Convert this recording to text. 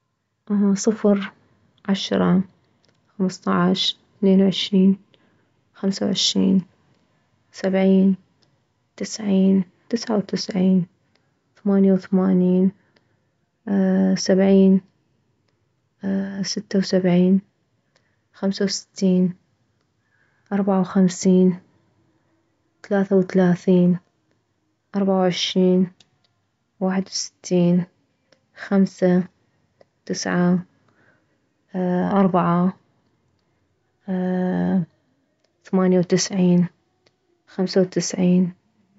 صفر عشرة خمسطعش اثنين وعشرين خمسة وعشرين سبعين تسعين تسعة وتسعين ثمانية وثمانين اه سبعين اه ستة وسبعين خمسة وستين اربعة وخمسين ثلاثة وثلاثين اربعة وعشرين واحد وستين خمسة تسعة اه اربعة ثمانية وتسعين خمسة وتسعين